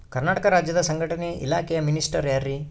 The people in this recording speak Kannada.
ಕರ್ನಾಟಕ ರಾಜ್ಯದ ಸಂಘಟನೆ ಇಲಾಖೆಯ ಮಿನಿಸ್ಟರ್ ಯಾರ್ರಿ?